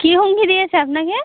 কী হুমকি দিয়েছে আপনাকে